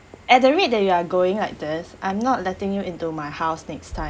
at the rate that you are going like this I'm not letting you into my house next time